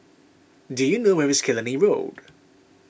do you know where is Killiney Road